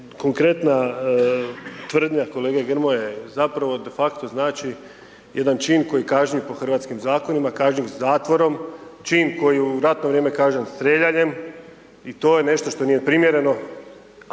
konkretna tvrdnja kolege Grmoje, zapravo de facto znači, jedan čin koji je kažnjiv po hrvatskim zakonima, kažnjiv zatvorom, čin koji u ratno vrijeme, kažem stremljenjem i to je nešto što nije primjereno